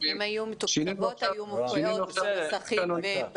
שינינו את התקנון.